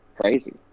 crazy